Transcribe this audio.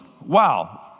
wow